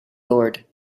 lord